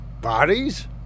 Bodies